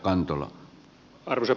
arvoisa puhemies